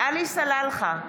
עלי סלאלחה,